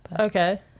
Okay